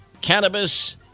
cannabis